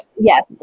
Yes